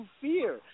fear